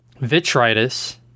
vitritis